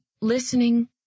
listening